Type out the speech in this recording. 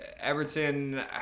Everton